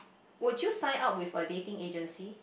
would you sign up with a dating agency